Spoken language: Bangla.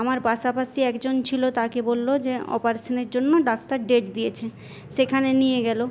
আমার পাশাপাশি একজন ছিল তাকে বললো যে অপারেশনের জন্য ডাক্তার ডেট দিয়েছে সেখানে নিয়ে গেলো